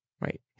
right